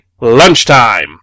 lunchtime